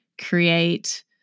create